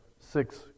six